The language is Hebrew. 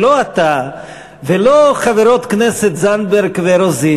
שלא אתה ולא חברות הכנסת זנדברג ורוזין